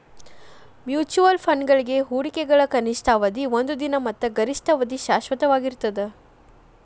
mutual ಫಂಡ್ಗಳ ಹೂಡಿಕೆಗ ಕನಿಷ್ಠ ಅವಧಿಯ ಒಂದ ದಿನ ಮತ್ತ ಗರಿಷ್ಠ ಅವಧಿಯ ಶಾಶ್ವತವಾಗಿರ್ತದ